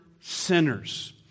sinners